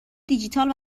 دیجیتال